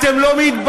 אתם לא מתביישים?